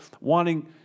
wanting